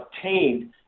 obtained